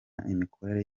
n’imikorere